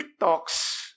TikToks